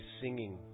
singing